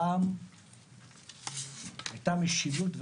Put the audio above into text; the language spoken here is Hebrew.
פעם הייתה משילות,